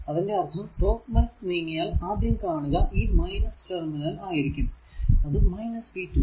അതിന്റെ അർഥം clockwise നീങ്ങിയാൽ ആദ്യം കാണുക ഈ ടെർമിനൽ ആയിരിക്കും അത് v2